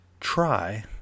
try